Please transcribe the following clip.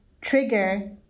trigger